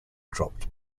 dropped